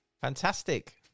fantastic